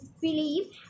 believe